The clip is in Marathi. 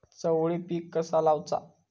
चवळी पीक कसा लावचा?